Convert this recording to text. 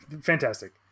fantastic